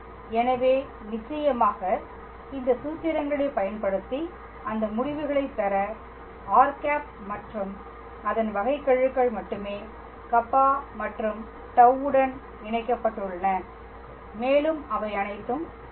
எனவே நிச்சயமாக இந்த சூத்திரங்களைப் பயன்படுத்தி அந்த முடிவுகளை பெற r ⃗ மற்றும் அதன் வகைக்கெழுகள் மட்டுமே கப்பா மற்றும் டவு உடன் இணைக்கப்பட்டுள்ளன மேலும் அவை அனைத்தும் சரி